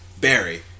Barry